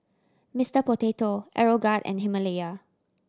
Mister Potato Aeroguard and Himalaya